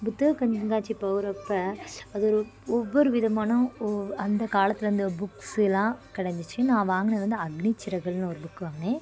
புத்தக கண்காட்சி போறப்போ அது ஒரு ஒவ்வொரு விதமான ஒ அந்த காலத்திலருந்த புக்ஸ்ஸு எல்லாம் கிடந்துச்சி நான் வாங்கினது வந்து அக்னிச்சிறகுகள்னு ஒரு புக்கு வாங்கினேன்